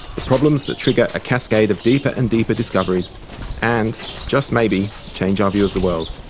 the problems that trigger a cascade of deeper and deeper discoveries and just maybe change our view of the world.